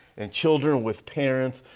and children with parents.